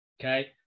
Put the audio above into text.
okay